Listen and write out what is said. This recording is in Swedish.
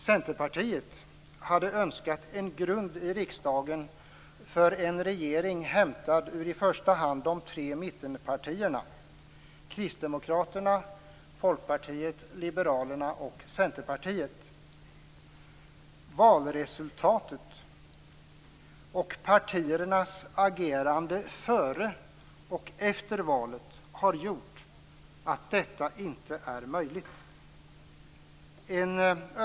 Centerpartiet hade önskat en grund i riksdagen för en regering hämtad ur i första hand de tre mittenpartierna Kristdemokraterna, Folkpartiet liberalerna och Centerpartiet. Valresultatet och partiernas agerande före och efter valet har gjort att detta inte är möjligt.